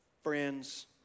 friends